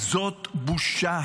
זאת בושה,